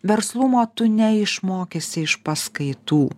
verslumo tu neišmokysi iš paskaitų